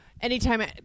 Anytime